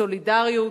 סולידריות,